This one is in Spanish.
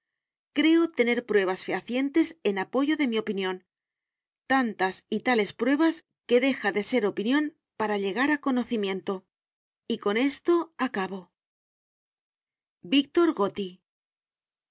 creo tener pruebas fehacientes en apoyo de mi opinión tantas y tales pruebas que deja de ser opinión para llegar a conocimiento y con esto acabo